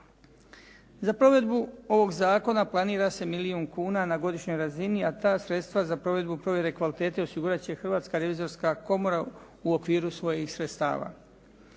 Za provedbu ovog zakona planira se milijun kuna na godišnjoj razini, a ta sredstva za provedbu provjere kvalitete osigurati će Hrvatska revizorska komora u okviru svojih sredstava.